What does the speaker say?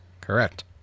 Correct